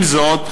עם זאת,